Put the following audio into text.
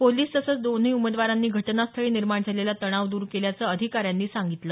police तसंच दोन्ही उमेदवारांनी घटनास्थळी निर्माण झालेला तणाव द्र केल्याचं अधिकाऱ्यांनी सांगितलं